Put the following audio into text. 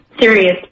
serious